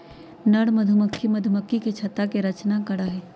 नर मधुमक्खी मधुमक्खी के छत्ता के रचना करा हई